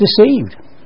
deceived